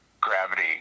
gravity